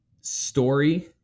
story